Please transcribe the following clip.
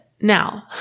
Now